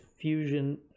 fusion